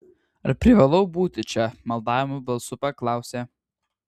ar privalau būti čia maldaujamu balsu paklausė